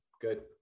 Good